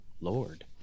Lord